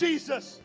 Jesus